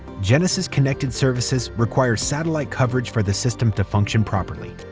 genesis connected services require satellite coverage for the system to function properly.